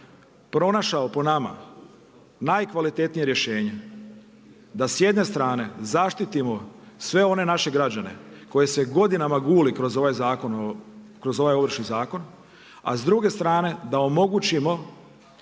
pronašao po nama najkvalitetnije rješenje, da s jedne strane zaštitimo sve one naše građane koje se godinama guli kroz ovaj Ovršni zakon, a s druge strane da omogućimo